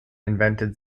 invented